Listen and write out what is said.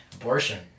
Abortion